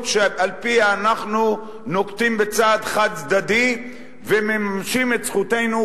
שעל-פיה אנחנו נוקטים צעד חד-צדדי ומממשים את זכותנו